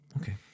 Okay